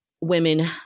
women